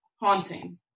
haunting